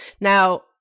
Now